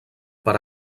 per